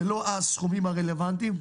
זה לא הסכומים הרלוונטיים,